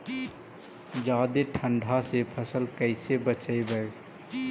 जादे ठंडा से फसल कैसे बचइबै?